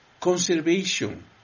conservation